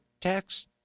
tax